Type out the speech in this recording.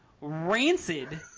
rancid